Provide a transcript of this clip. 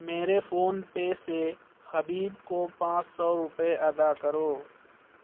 میرے فون پے سے حبیب کو پانچ سو روپئے ادا کرو